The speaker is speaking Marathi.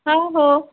हो हो